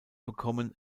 bekommen